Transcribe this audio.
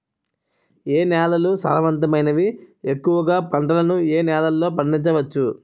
ఏ నేలలు సారవంతమైనవి? ఎక్కువ గా పంటలను ఏ నేలల్లో పండించ వచ్చు?